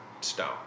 stone